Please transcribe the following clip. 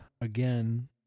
again